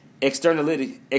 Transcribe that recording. externalities